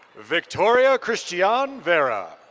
victoria christian vera.